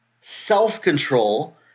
Self-control